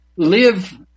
Live